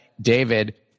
David